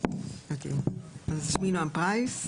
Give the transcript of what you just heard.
שמי נועם פרייס,